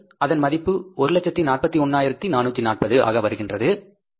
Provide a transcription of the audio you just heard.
அதன் மதிப்பு ரூபாய் 141440 ஆக வருகின்றது இல்லையா